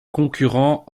concurrents